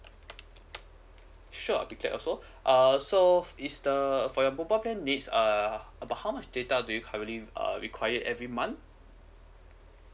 sure will be glad also uh so is the uh for your mobile plan needs uh uh about how much data do you currently uh require every month